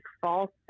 false